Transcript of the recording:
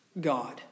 God